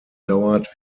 dauert